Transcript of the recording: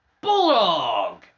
Bulldog